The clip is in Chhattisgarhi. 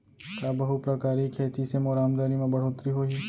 का बहुप्रकारिय खेती से मोर आमदनी म बढ़होत्तरी होही?